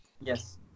yes